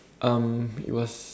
um it was